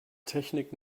technik